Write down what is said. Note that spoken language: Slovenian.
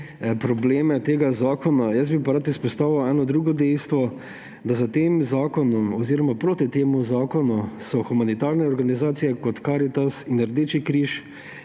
probleme tega zakona, jaz bi pa rad izpostavil eno drugo dejstvo, da proti temu zakonu so humanitarne organizacije, kot Karitas in Rdeči križ